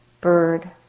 bird